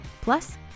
Plus